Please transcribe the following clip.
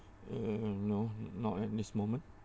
uh no not at this moment